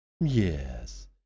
Yes